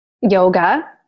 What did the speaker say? yoga